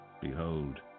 behold